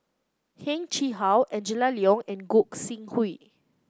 Heng Chee How Angela Liong and Gog Sing Hooi